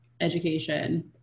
education